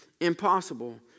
impossible